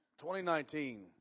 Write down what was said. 2019